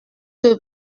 que